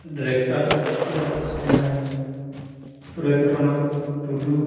director ᱞᱮᱠᱟ ᱛᱮᱫᱚ ᱠᱟᱱᱟᱭ ᱥᱩᱨᱮᱱ ᱫᱚᱨᱚᱱᱟᱛᱷ ᱴᱩᱰᱩ